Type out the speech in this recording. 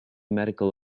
medical